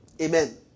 Amen